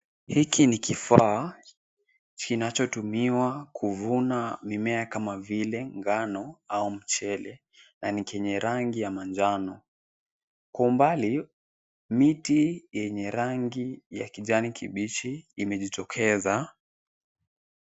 Hiki ni kifaa kinacho tumiwa kuvuna mimea kama vile ngano au mchele na ni kenye rangi ya manjano. Kwa umbali miti yenye rangi ya kijani kibichi imejitokeza.